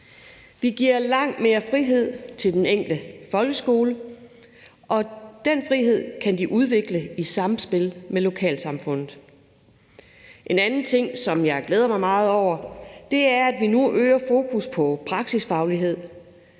Det giver langt mere frihed til den enkelte folkeskole, og den frihed kan de udvikle i samspil med lokalsamfundet. En anden ting, som jeg glæder mig meget over, er, at vi nu øger fokus på praksisfaglighed